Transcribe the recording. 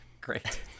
Great